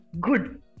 good